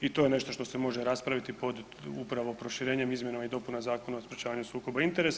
I to je nešto što se može raspraviti pod upravo proširenjem izmjenama i dopunama Zakona o sprječavanju sukoba interesa.